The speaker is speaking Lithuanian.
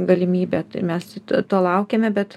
galimybę tai mes to laukiame bet